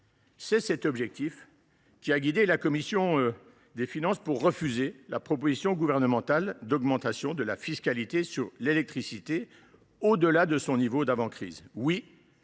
C’est cet objectif qui a guidé notre commission des finances dans son refus de la proposition gouvernementale d’augmentation de la fiscalité sur l’électricité au delà de son niveau d’avant crise.